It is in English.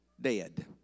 dead